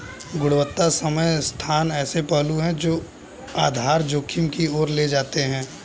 गुणवत्ता समय स्थान ऐसे पहलू हैं जो आधार जोखिम की ओर ले जाते हैं